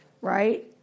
right